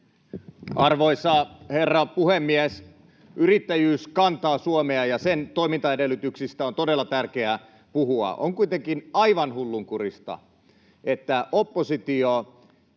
Arvoisa herra puhemies! Yrittäjyys kantaa Suomea, ja sen toimintaedellytyksistä on todella tärkeää puhua. On kuitenkin aivan hullunkurista, että oppositio